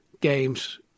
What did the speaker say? games